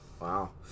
Wow